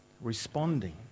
responding